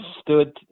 stood